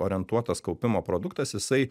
orientuotas kaupimo produktas jisai